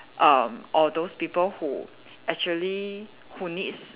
erm all those people who actually who needs